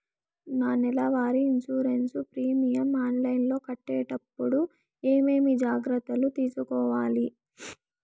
నా నెల వారి ఇన్సూరెన్సు ప్రీమియం ఆన్లైన్లో కట్టేటప్పుడు ఏమేమి జాగ్రత్త లు తీసుకోవాలి?